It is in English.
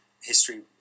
history